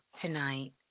tonight